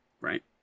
right